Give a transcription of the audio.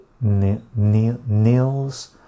Nils